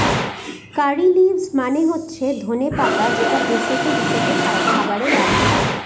কারী leaves মানে হচ্ছে ধনে পাতা যেটা ভেষজ হিসাবে খাবারে লাগে